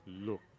look